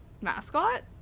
mascot